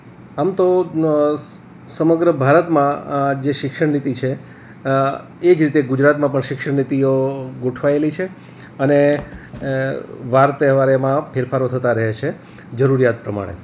આમ તો સમગ્ર ભારતમાં આ જે શિક્ષણનીતિ છે એ જ રીતે ગુજરાતમાં પણ શિક્ષણનીતિઓ ગોઠવાયેલી છે અને વાર તહેવારે એમાં ફેરફારો થતાં રહે છે જરૂરિયાત પ્રમાણે